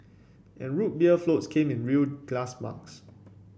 and Root Beer floats came in real glass mugs